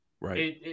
right